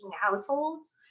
households